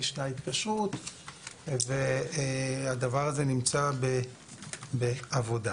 ישנה התקשרות והדבר הזה נמצא בעבודה.